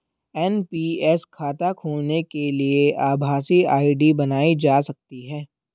NPS खाता खोलने के लिए आभासी आई.डी बनाई जा सकती है